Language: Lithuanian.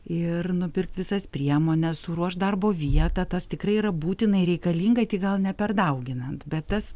ir nupirkt visas priemones suruošt darbo vietą tas tikrai yra būtinai reikalinga tik gal ne per dauginant bet tas